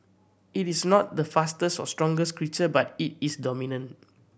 it is not the fastest or strongest creature but it is dominant